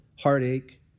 heartache